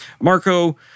Marco